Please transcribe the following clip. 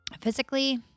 Physically